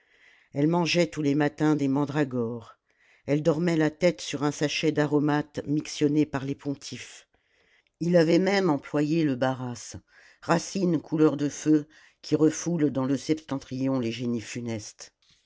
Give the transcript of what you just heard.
elle mangeait tous les matins des mandragores elle dormait la tête sur un sachet d'aromates mixtionnés par les pontifes il avait même employé le baaras racine couleur de feu qui refoule dans le septentrion les génies funestes